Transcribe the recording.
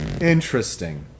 Interesting